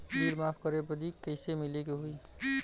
Bill माफ करे बदी कैसे मिले के होई?